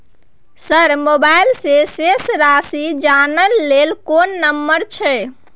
Sir mobile से शेस राशि जानय ल कोन नंबर छै?